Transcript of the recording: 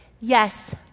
Yes